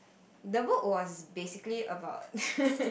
the book was basically about